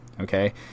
okay